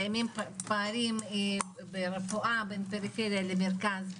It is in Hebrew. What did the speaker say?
קיימים פערים ברפואה בין פריפריה למרכז,